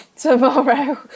tomorrow